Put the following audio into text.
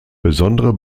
besondere